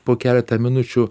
po keletą minučių